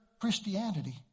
Christianity